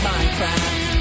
Minecraft